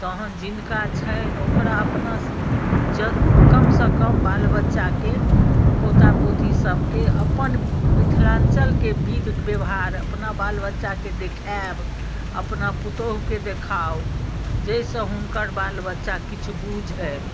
तखन जिनका छनि ओकरा अपना जरूर कमसँ कम बाल बच्चाके पोता पोतीसभके अपन मिथिलाञ्चलके विधि व्यवहार अपना बाल बच्चाके देखायब अपना पुतहुके देखाउ जाहिसँ हुनकर बाल बच्चा किछु बूझनि